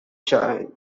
changed